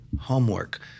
homework